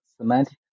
semantic